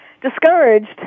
discouraged